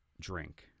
drink